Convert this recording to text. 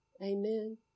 Amen